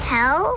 Hell